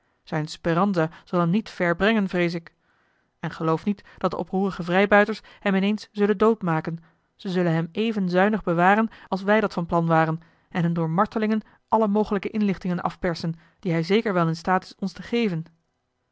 speranza zal hem niet ver brengen vrees ik en geloof niet dat de oproerige vrijbuiters hem ineens zullen doodmaken ze zullen hem even zuinig bewaren als wij dat van plan waren en hem door martelingen alle mogelijke inlichtingen afpersen die hij zeker wel in staat is ons te geven